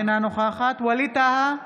אינה נוכחת ווליד טאהא,